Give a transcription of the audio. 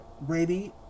Brady